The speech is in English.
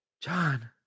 John